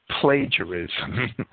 plagiarism